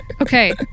okay